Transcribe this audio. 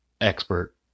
expert